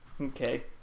Okay